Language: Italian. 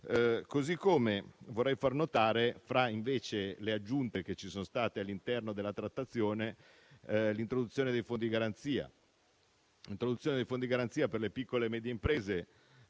Così come vorrei far notare, fra le aggiunte che ci sono state all'interno della trattazione, l'introduzione dei fondi di garanzia per le piccole e medie imprese,